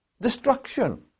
destruction